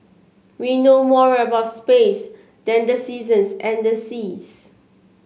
we know more about space than the seasons and the seas